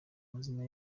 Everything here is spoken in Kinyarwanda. mazina